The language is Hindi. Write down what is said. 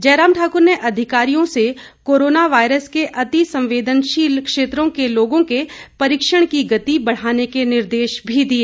जयराम ठाकुर ने अधिकारियों से कोरोना वायरस के अति संवेदनशील क्षेत्रों के लोगों के परीक्षण की गति बढ़ाने के निर्देश भी दिए